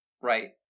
Right